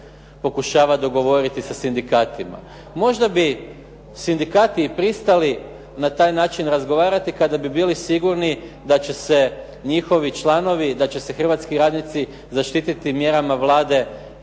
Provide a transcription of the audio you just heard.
pokušava dogovoriti sa sindikatima. Možda bi sindikati i pristali na taj način razgovarati kada bi bili sigurni da će se njihovi članovi, da će se hrvatski radnici zaštititi mjerama Vlade prema